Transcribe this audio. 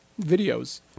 videos